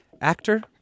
Actor